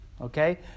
Okay